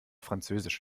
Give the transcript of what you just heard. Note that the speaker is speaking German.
französisch